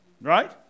Right